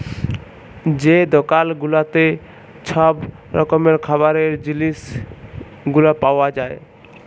যে দকাল গুলাতে ছব রকমের খাবারের জিলিস গুলা পাউয়া যায়